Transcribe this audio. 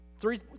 Three